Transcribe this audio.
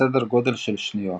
בסדר גודל של שניות,